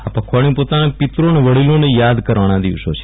આ પખવાડિયું પોતાના પિત્રઓ અને વડીલોને યાદ કરવાના દિવસો છે